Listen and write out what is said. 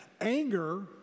Anger